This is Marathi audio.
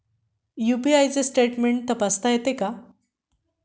यु.पी.आय चे स्टेटमेंट तपासता येते का?